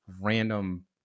random